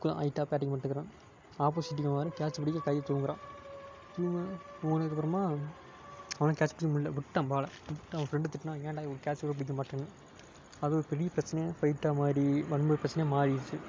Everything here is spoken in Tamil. தூக்குறான் ஹைட்டாக பேட்டிங் பண்ணிவிட்டு இருக்குறான் ஆப்போசிட் டீம் வேறு கேச் பிடிக்க கை தூக்குறான் தூக்குனதுக்கப்புறமாக அவனால் கேச் பிடிக்க முடியலை விட்டுட்டான் பாலை விட்டு அவன் ஃபிரெண்டு திட்டுனான் ஏன்டா ஒரு கேச் கூட பிடிக்க மாட்டுறன்னு அது பெரிய பிரச்சனையாக ஃபைட்டாக மாறி வன்ம பிரச்சனையாக மாறிடுச்சு